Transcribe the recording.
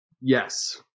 yes